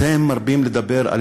אתם מרבים לדבר על